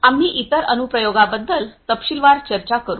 आम्ही इतर अनु प्रयोगाबद्दल तपशीलवार चर्चा करू